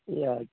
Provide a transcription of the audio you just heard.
ए हजुर